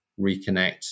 reconnect